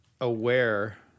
aware